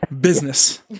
business